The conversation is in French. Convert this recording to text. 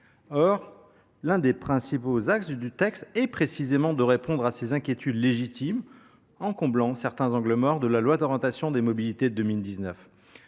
Or l’un des principaux axes du texte est précisément de répondre à ces inquiétudes légitimes, en comblant certains « angles morts » de la loi d’orientation des mobilités de 2019.